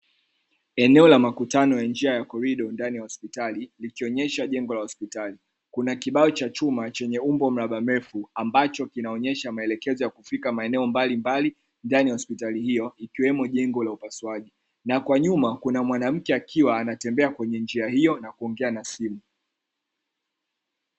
Eneo la makutano ya njia ya korido ndani ya hospitali likionyesha jengo la hospitali. Kuna kibao cha chuma chenye umbo mraba mrefu ambacho kinaonyesha maelekezo ya kufika maeneo mbaimbali ndani ya hospitali hiyo ikiwemo jengo la upasuaji. Na kwa nyuma kuna mwanamke akiwa anatembea kwenye njia hiyo na kuongea na simu.